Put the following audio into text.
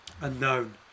unknown